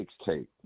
mixtape